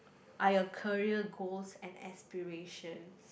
I a career goals and expirations